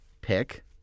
pick